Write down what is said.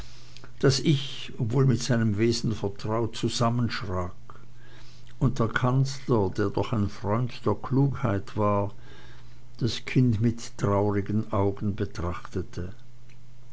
daß ich obwohl mit seinem wesen vertraut zusammenschrak und der kanzler der doch ein freund der klugheit war das kind mit traurigen augen betrachtete